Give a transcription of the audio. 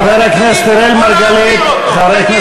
חבר הכנסת אראל מרגלית,